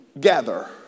gather